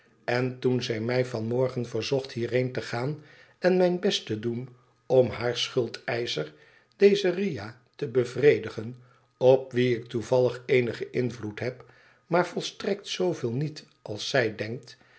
len toen zij mij van morgen verzocht hierheen te gaan en mijn best te doen om haar schuldeischer dezen riah te bevredigen op wien ik toevallig eenigen invloed heb maar volstrekt zooveel niet sss zij denkt